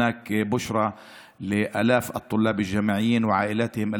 יש בשורה לאלפי הסטודנטים ולמשפחותיהם,